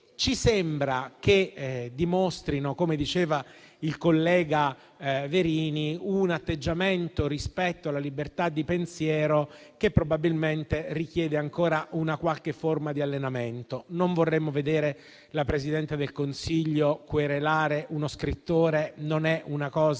ci sembra che dimostrino - come diceva il collega Verini - un atteggiamento rispetto alla libertà di pensiero che probabilmente richiede ancora una qualche forma di allenamento. Non vorremmo vedere la Presidente del Consiglio querelare uno scrittore: non è cosa